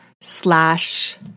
slash